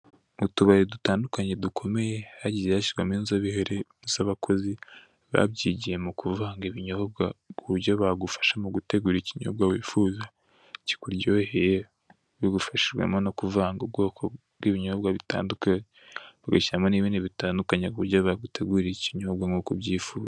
Mu tubari dutandukanye dukomeye, hagiye hashyirwamo inzobere z'abakozi babyigiye mu kuvanga ibinyobwa, ku buryo bagufasha mu gutegura ikinyobwa wifuza, kikuryoheye, babifashijwemo no kuvanga ubwoko bw'ibinyobwa bitandukanye, bagashyiramo n'ibindi bitandukanye, ku buryo bagutegurira ikinyobwa nk'uko ubyifuza.